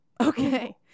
Okay